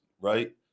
right